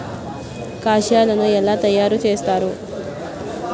కషాయాలను ఎలా తయారు చేస్తారు?